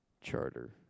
Charter